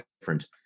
different